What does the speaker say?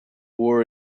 war